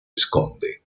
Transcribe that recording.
esconde